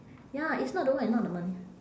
ya it's not the work and not the money